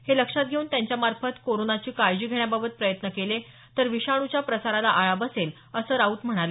हे लक्षात घेऊन त्यांच्यामार्फत कोरोनाची काळजी घेण्याबाबत प्रयत्न केले तर विषाणूच्या प्रसाराला आळा बसेल असं राऊत म्हणाले